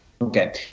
Okay